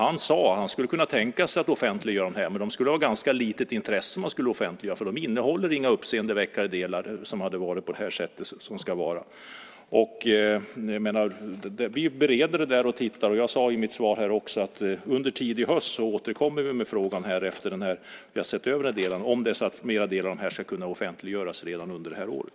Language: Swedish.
Han sade att han skulle kunna tänka sig att offentliggöra det här, men det skulle vara av ganska litet intresse. Det innehåller inga uppseendeväckande delar. Vi bereder detta och tittar på det. Som jag sade i mitt svar återkommer vi under tidig höst med frågan efter det att vi har sett över det, om det nu är så att fler delar ska kunna offentliggöras redan under det här året.